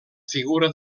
figura